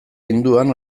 hinduan